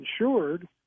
insured